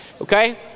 okay